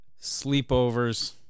sleepovers